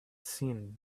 seen